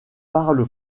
parle